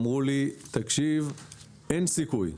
אמרו לי אין סיכוי,